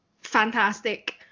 fantastic